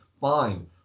fine